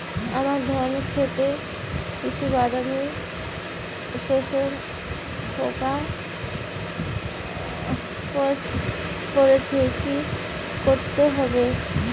আমার ধন খেতে কিছু বাদামী শোষক পোকা পড়েছে কি করতে হবে?